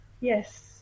Yes